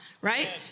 right